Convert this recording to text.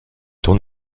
ton